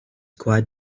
quite